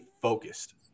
focused